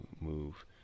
move